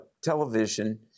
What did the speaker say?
television